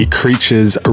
creatures